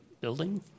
building